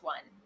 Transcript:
One